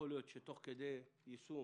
שתוך כדי יישום